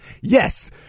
Yes